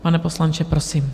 Pane poslanče, prosím.